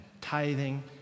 tithing